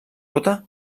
ruta